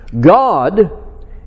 God